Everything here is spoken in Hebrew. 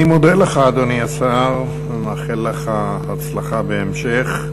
אני מודה לך, אדוני השר, ומאחל לך הצלחה בהמשך.